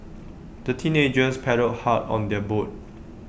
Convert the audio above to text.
the teenagers paddled hard on their boat